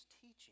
teaching